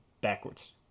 backwards